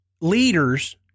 leaders